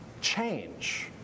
change